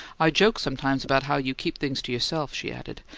i joke sometimes about how you keep things to yourself, she added,